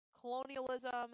colonialism